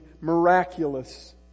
miraculous